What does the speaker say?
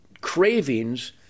cravings